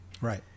Right